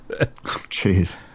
Jeez